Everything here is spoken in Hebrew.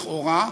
לכאורה,